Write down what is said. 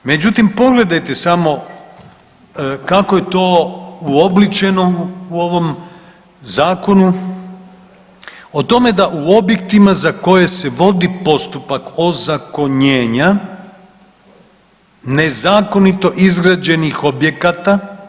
Međutim, pogledajte samo kako je to uobličeno u ovom zakonu o tome da u objektima za koje se vodi postupak ozakonjenja ne zakonito izgrađenih objekata.